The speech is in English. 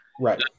Right